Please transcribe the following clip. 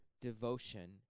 devotion